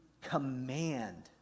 command